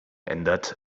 ändert